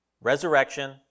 resurrection